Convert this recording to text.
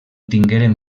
tingueren